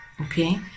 okay